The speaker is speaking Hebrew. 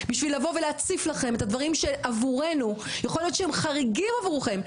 בשביל לבוא ולהציף לכם את הדברים שיכול להיות שהם חריגים עבורכם,